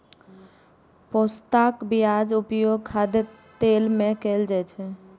पोस्ताक बियाक उपयोग खाद्य तेल मे कैल जाइ छै